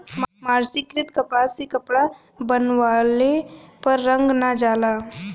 मर्सरीकृत कपास से कपड़ा बनवले पर रंग ना जाला